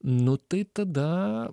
nu tai tada